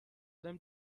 them